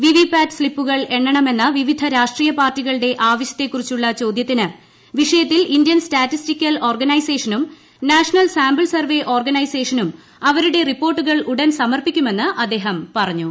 V V PAT സ്തിപ്പുകൾ എണ്ണണമെന്ന വിവിധ രാഷ്ട്രീയ പാർട്ടികളുടെ ആവശ്യത്തെക്കുറിച്ചുള്ള ചോദ്യത്തിന് വിഷയത്തിൽ ഇന്ത്യൻ സ്റ്റാറ്റിസ്റ്റിക്കൽ ഓർഗനൈസേഷനും നാഷണൽ സാംപിൾ സർവെ ഓർശുനൈസേഷനും അവരുടെ റിപ്പോർട്ടുകൾ ഉടൻ സമർപ്പിക്കുമെന്ന് അദ്ദേഹ് പറഞ്ഞു